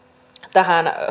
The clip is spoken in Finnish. tähän